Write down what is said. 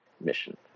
mission